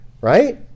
right